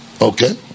Okay